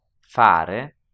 fare